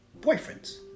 boyfriends